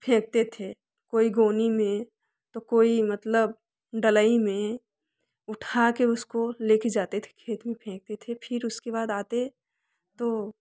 फेंकते थे कोई गोनी में तो कोई मतलब डलई में उठा कर उसको ले कर जाते थे खेत में फेंकते थे फिर उसके बाद आते तो